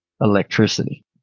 electricity